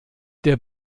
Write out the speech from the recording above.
der